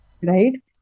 right